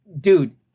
Dude